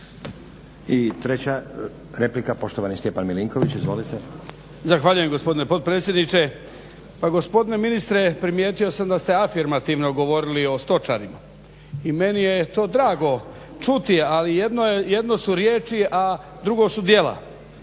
I treća replika, poštovani Stjepan Milinković. Izvolite. **Milinković, Stjepan (HDZ)** Zahvaljujem gospodine potpredsjedniče. Pa gospodine ministre, primijetio sam da ste afirmativno govorili o stočarima i meni je to drago čuti, ali jedno je, jedno su riječi a drugo su dijela.